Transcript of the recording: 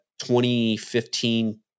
2015